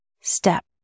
step